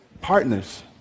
partners